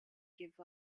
give